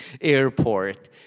airport